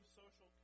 social